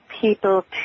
people